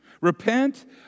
Repent